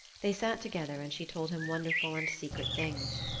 they sat together and she told him wonderful and secret things.